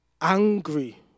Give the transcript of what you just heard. angry